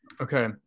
Okay